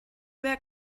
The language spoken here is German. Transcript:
wer